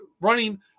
running